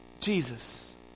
Jesus